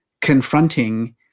confronting